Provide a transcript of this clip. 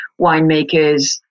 winemakers